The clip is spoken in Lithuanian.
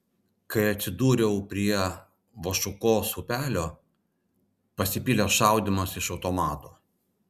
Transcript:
kai atsidūriau prie vašuokos upelio pasipylė šaudymas iš automato